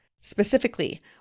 specifically